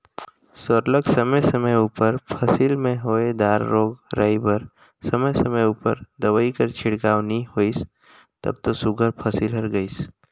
सरलग समे समे उपर फसिल में होए दार रोग राई बर समे समे उपर दवई कर छिड़काव नी होइस तब दो सुग्घर फसिल हर गइस